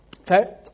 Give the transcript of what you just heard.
Okay